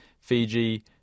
Fiji